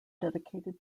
dedicated